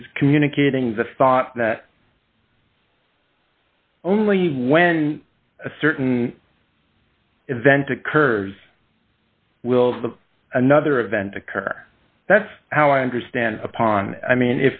is communicating the thought that only when a certain event occurs will the another event occur that's how i understand upon i mean